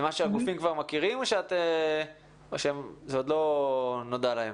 זה משהו שהגופים כבר מכירים או שזה עוד לא נודע להם?